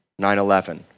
9-11